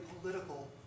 political